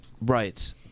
Right